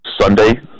sunday